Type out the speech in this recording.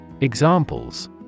Examples